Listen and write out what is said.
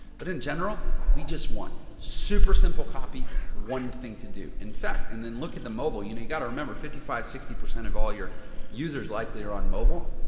but in general, we just want super simple copy, one thing to do. in fact, and then look at the mobile. you know, you got to remember fifty five sixty of all your users likely are on mobile.